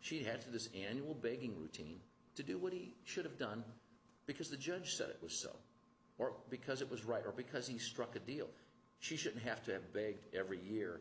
she had this annual baking routine to do what he should have done because the judge said it was so or because it was right or because he struck a deal she should have to have big every year